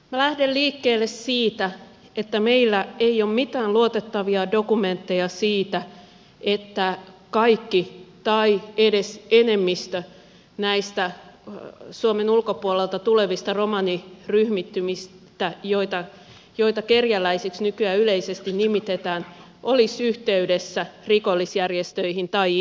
minä lähden liikkeelle siitä että meillä ei ole mitään luotettavia dokumentteja siitä että kaikki tai edes enemmistö näistä suomen ulkopuolelta tulevista romaniryhmittymistä joita kerjäläisiksi nykyään yleisesti nimitetään olisivat yhteydessä rikollisjärjestöihin tai ihmiskauppaan